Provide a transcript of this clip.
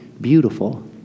beautiful